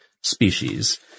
species